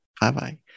Bye-bye